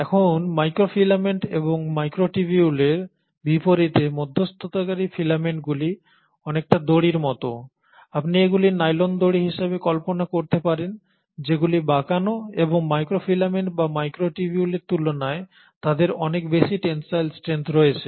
এখন মাইক্রোফিলামেন্ট এবং মাইক্রোটিবিউলের বিপরীতে মধ্যস্থতাকারী ফিলামেন্টগুলি অনেকটা দড়ির মতো আপনি এগুলি নাইলন দড়ি হিসাবে কল্পনা করতে পারেন যেগুলি বাঁকানো এবং মাইক্রোফিলামেন্ট বা মাইক্রোটিবিউলের তুলনায় তাদের অনেক বেশি টেন্সাইল স্ট্রেঙ্থ রয়েছে